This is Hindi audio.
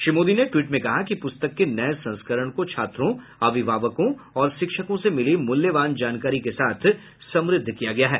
श्री मोदी ने ट्वीट में कहा कि पुस्तक के नए संस्करण को छात्रों अभिभावकों और शिक्षकों से मिली मूल्यवान जानकारी के साथ समृद्ध किया गया है